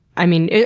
i mean,